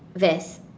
vest